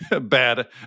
bad